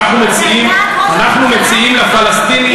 אנחנו מציעים לפלסטינים